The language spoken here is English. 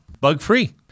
bug-free